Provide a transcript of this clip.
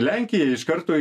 lenkiją iš karto